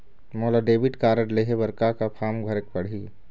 मोला debit card लेहे बर का का फार्म भरेक पड़ही?